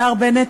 השר בנט,